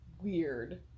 Weird